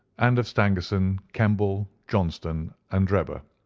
and of stangerson, kemball, johnston, and drebber,